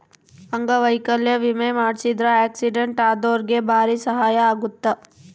ಅಂಗವೈಕಲ್ಯ ವಿಮೆ ಮಾಡ್ಸಿದ್ರ ಆಕ್ಸಿಡೆಂಟ್ ಅದೊರ್ಗೆ ಬಾರಿ ಸಹಾಯ ಅಗುತ್ತ